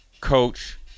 coach